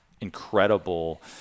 incredible